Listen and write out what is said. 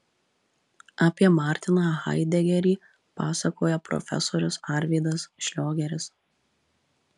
apie martiną haidegerį pasakoja profesorius arvydas šliogeris